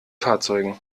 fahrzeugen